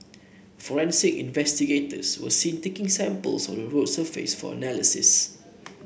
forensic investigators were seen taking samples of the road surface for analysis